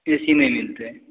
ए C नहि मिलतै